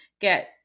get